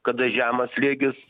kada žemas slėgis